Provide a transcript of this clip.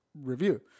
review